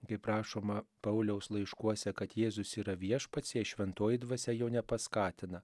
kaip rašoma pauliaus laiškuose kad jėzus yra viešpats jei šventoji dvasia jo nepaskatina